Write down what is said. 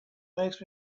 makes